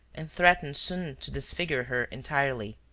and threatened soon to disfigure her entirely.